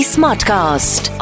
Smartcast